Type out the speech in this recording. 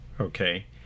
Okay